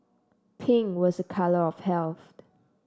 pink was a colour of health